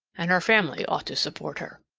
and her family ought to support her.